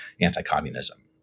anti-communism